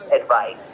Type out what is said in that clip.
advice